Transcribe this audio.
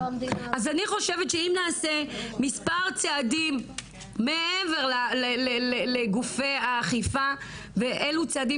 אני חושבת שאם נעשה מספר צעדים מעבר לגופי האכיפה ואלו צעדים